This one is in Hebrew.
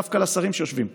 דווקא לשרים שיושבים פה: